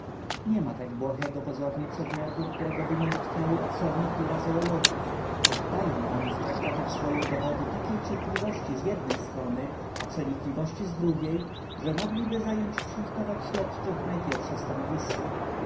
niema tak błahego pozornie przedmiotu któregoby nie dotknęły obszernie pióra zoologów dają oni w traktatach swoich dowody takiej cierpliwości z jednej strony a przenikliwości z drugiej że mogliby zająć wśród powag śledczych najpierwsze stanowiska